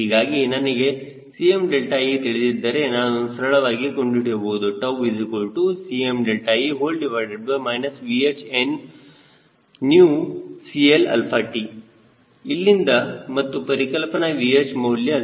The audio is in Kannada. ಹೀಗಾಗಿ ನನಗೆ 𝐶mðe ತಿಳಿದಿದ್ದರೆ ನಾನು ಸರಳವಾಗಿ ಕಂಡುಹಿಡಿಯಬಹುದು Cme VHCLt ಇಲ್ಲಿಂದ ಮತ್ತು ಪರಿಕಲ್ಪನಾ VH ಮೌಲ್ಯ 0